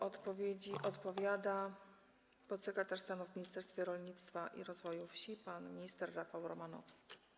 Odpowiada podsekretarz stanu w Ministerstwie Rolnictwa i Rozwoju Wsi pan minister Rafał Romanowski.